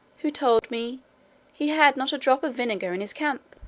who told me he had not a drop of vinegar in his camp.